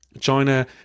China